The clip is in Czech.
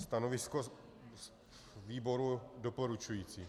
Stanovisko výboru doporučující.